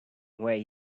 wear